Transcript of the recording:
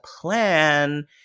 plan